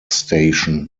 station